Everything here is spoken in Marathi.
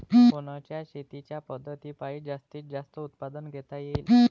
कोनच्या शेतीच्या पद्धतीपायी जास्तीत जास्त उत्पादन घेता येईल?